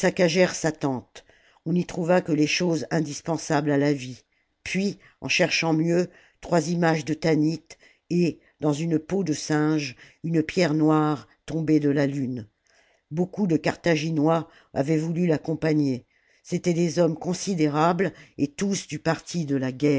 sa tente on n'y trouva que les choses indispensables à la vie puis en cherchant mieux trois images de tanit et dans une peau de singe une pierre noire tombée de la lune beaucoup de carthaginois avaient voulu l'accompagner c'étaient des hommes considérables et tous du parti de la